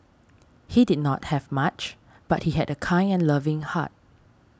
he did not have much but he had a kind and loving heart